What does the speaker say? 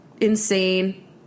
insane